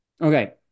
Okay